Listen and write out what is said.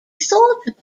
thought